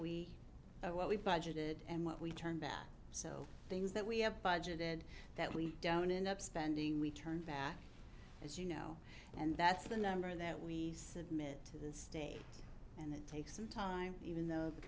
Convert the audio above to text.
we what we budgeted and what we turn back so things that we have budgeted that we don't end up spending we turned back as you know and that's the number that we submitted to the state and it takes some time even though the